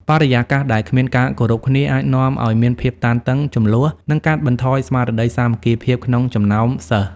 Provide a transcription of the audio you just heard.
បរិយាកាសដែលគ្មានការគោរពគ្នាអាចនាំឲ្យមានភាពតានតឹង ជម្លោះ និងកាត់បន្ថយស្មារតីសាមគ្គីភាពក្នុងចំណោមសិស្ស។